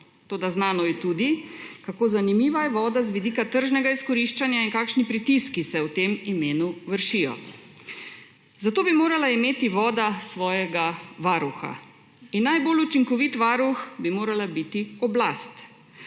toda znano je tudi, kako zanimiva je voda z vidika tržnega izkoriščanja in kakšni pritiski se v tem imenu vršijo. Zato bi morala imeti voda svojega varuha. In najbolj učinkovit varuh bi morala biti oblast.